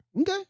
Okay